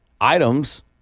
items